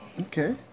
Okay